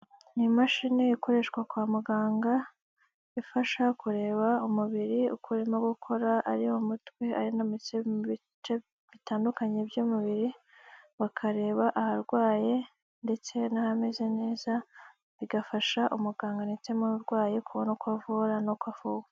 Ni imashini ikoreshwa kwa muganga ifasha kureba umubiri uko urimo gukora ari umutwe mu mitsi mu bice bitandukanye by'umubiri, bakareba aho arwaye ndetse n'ahameze neza bigafasha umuganga ndetse n'umurwayi kubona uko avura n'uko avurwa.